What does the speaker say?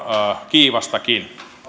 kiivastakin